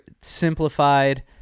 simplified